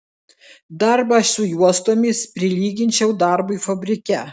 darbą su juostomis prilyginčiau darbui fabrike